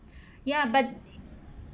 ya but